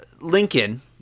Lincoln